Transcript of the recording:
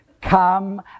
come